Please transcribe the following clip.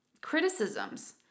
criticisms